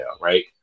right